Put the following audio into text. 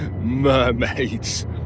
Mermaids